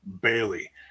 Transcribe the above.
Bailey